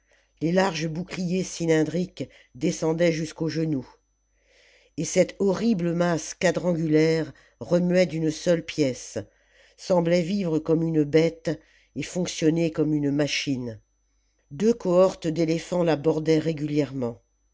les larges boucliers cylindriques descendaient jusqu'aux genoux et cette horrible masse quadrangulaire remuait d'une seule pièce semblait vivre comme une bête et fonctionner comme une machine deux cohortes d'éléphants la bordaient